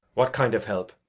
what kind of help?